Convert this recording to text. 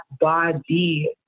body